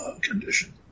condition